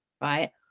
right